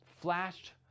flashed